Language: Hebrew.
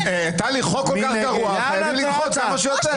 טלי, חוק כל כך גרוע חייבים לדחות כמה שיותר.